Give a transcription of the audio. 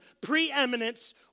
preeminence